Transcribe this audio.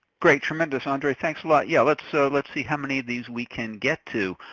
great, tremendous, andre, thanks a lot. yeah, let's so let's see how many of these we can get to.